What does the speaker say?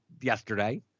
yesterday